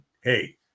hey